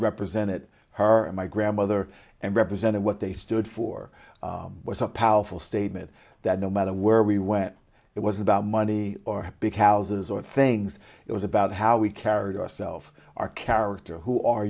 represented her and my grandmother and represented what they stood for was a powerful statement that no matter where we went it was about money or big houses or things it was about how we carried our self our character who are